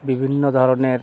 বিভিন্ন ধরনের